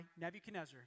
Nebuchadnezzar